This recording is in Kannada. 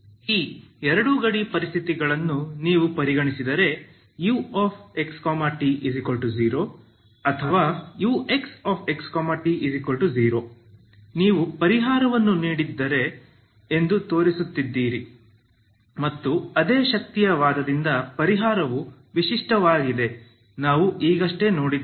ಈ ಎರಡು ಗಡಿ ಪರಿಸ್ಥಿತಿಗಳನ್ನು ನೀವು ಪರಿಗಣಿಸಿದರೆ uxt0 ಅಥವಾ uxxt0 ನೀವು ಪರಿಹಾರವನ್ನು ನೀಡಿದ್ದೀರಿ ಎಂದು ತೋರಿಸಿದ್ದೀರಿ ಮತ್ತು ಅದೇ ಶಕ್ತಿಯ ವಾದದಿಂದ ಪರಿಹಾರವು ವಿಶಿಷ್ಟವಾಗಿದೆ ನಾವು ಈಗಷ್ಟೇ ನೋಡಿದ್ದೇವೆ